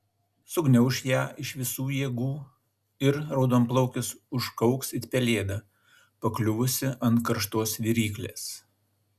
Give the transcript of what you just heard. sugniauš ją iš visų jėgų ir raudonplaukis užkauks it pelėda pakliuvusi ant karštos viryklės